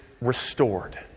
restored